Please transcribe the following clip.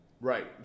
Right